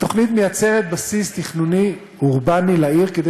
התוכנית מייצרת בסיס תכנוני אורבני לעיר כדי